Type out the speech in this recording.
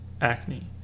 acne